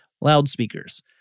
loudspeakers